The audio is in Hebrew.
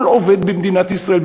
כל עובד במדינת ישראל,